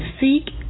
seek